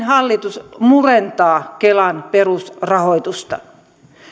hallitus murentaa näin kelan perusrahoitusta